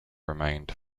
remained